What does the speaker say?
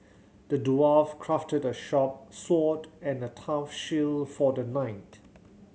the dwarf crafted a sharp sword and a tough shield for the knight